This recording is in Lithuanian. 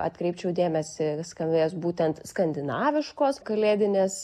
atkreipčiau dėmesį skambės būtent skandinaviškos kalėdinės